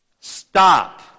Stop